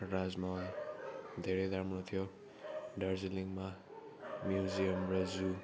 राजमहल धेरै राम्रो थियो दार्जिलिङमा म्युजियम र जु